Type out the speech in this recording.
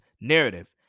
narrative